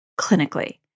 clinically